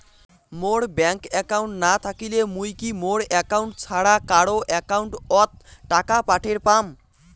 মোর bank account না থাকিলে মুই কি মোর একাউন্ট ছাড়া কারো একাউন্ট অত টাকা পাঠের পাম?